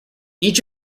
each